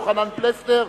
יוחנן פלסנר,